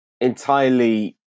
entirely